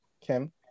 Kim